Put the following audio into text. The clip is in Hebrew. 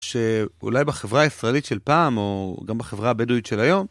שאולי בחברה הישראלית של פעם, או גם בחברה הבדואית של היום.